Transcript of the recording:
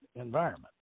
environment